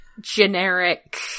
generic